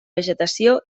vegetació